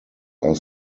are